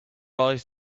eyes